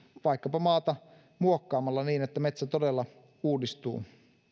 vaikkapa maata muokkaamalla niin että metsä todella uudistuu